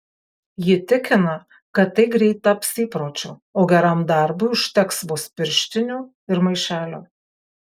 ji tikina kad tai greit taps įpročiu o geram darbui užteks vos pirštinių ir maišelio